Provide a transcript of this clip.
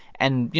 and, you